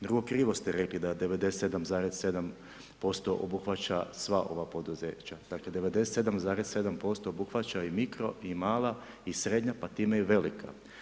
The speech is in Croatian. Drugo, krivo ste rekli da 97,7% obuhvaća sva ova poduzeća, dakle, 97,7% obuhvaća i mikro i mala i srednja pa time i velika.